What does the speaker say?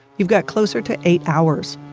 you've got closer to eight hours